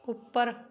ਉੱਪਰ